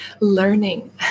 learning